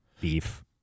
Beef